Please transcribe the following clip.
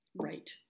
right